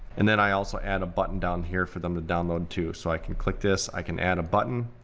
and then i also add a button down here for them to download too, so i can click this. i can add a button.